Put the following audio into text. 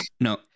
no